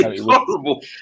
horrible